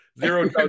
zero